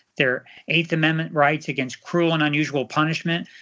their eighth amendment rights against cruel and unusual punishment,